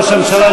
ראש הממשלה,